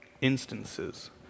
instances